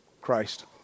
Christ